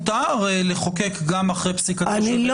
שיכול להיות שזה טעות וצריך לתקן את החוק.